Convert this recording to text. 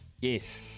Yes